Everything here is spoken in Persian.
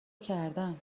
کردم